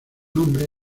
hombre